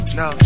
no